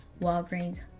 Walgreens